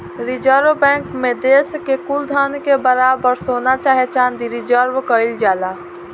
reserve Bank मे देश के कुल धन के बराबर सोना चाहे चाँदी रिजर्व केइल जाला